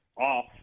off